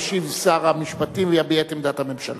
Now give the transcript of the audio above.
ישיב שר המשפטים ויביע את עמדת הממשלה.